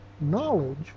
knowledge